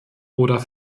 oder